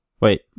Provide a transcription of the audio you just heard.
Wait